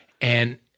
And-